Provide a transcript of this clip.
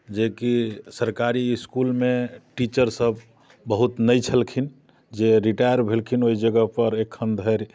जे कि सरकारी इसकुलमे टीचरसभ बहुत नहि छलखिन जे रिटायर भेलखिन ओहि जगहपर एखन धरि